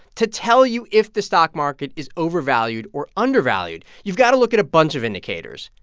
to tell you if the stock market is overvalued or undervalued. you've got to look at a bunch of indicators.